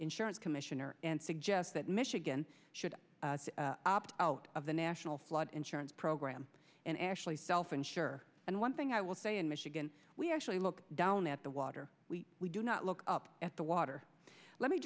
insurance commissioner and suggest that michigan should opt out of the national flood insurance program and ashley self insure and one thing i will say in michigan we actually look down at the water we do not look up at the water let me